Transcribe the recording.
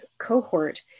cohort